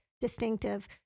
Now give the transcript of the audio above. distinctive